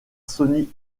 sony